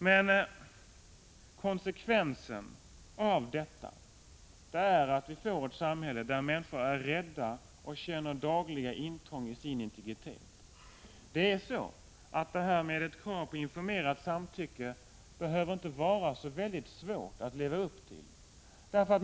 Men konsekvensen av detta är att vi får ett samhälle där människor är rädda och känner dagliga intrång i sin integritet. Kravet på informerat samtycke behöver inte vara så svårt att leva upp till.